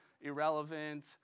irrelevant